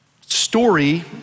story